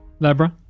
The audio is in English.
Labra